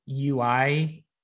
UI